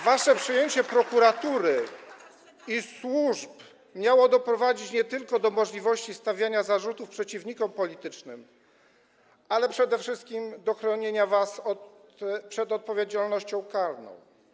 Wasze przejęcie prokuratury i służb miało doprowadzić nie tylko do możliwości stawiania zarzutów przeciwnikom politycznym, ale przede wszystkim do chronienia was przed odpowiedzialnością karną.